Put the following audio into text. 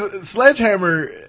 Sledgehammer